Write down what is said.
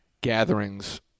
gatherings